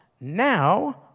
now